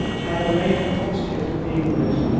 i have made the fox chase with the english.